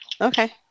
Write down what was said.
Okay